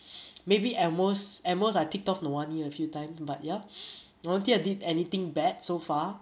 maybe at most at most I ticked off nowani a few times but ya I don't think I did anything bad so far